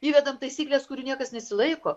įvedam taisykles kurių niekas nesilaiko